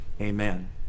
amen